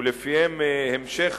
שלפיהן המשך